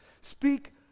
Speak